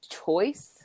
choice